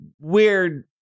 Weird